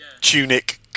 tunic